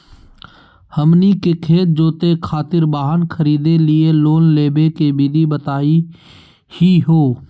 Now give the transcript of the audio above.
हमनी के खेत जोते खातीर वाहन खरीदे लिये लोन लेवे के विधि बताही हो?